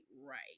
right